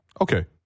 Okay